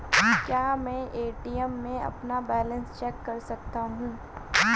क्या मैं ए.टी.एम में अपना बैलेंस चेक कर सकता हूँ?